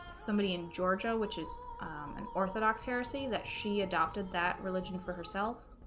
somebody in georgia which is an orthodox heresy that she adopted that religion for herself